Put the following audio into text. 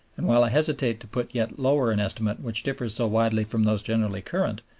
and while i hesitate to put yet lower an estimate which differs so widely from those generally current,